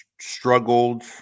struggled